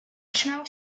trzymał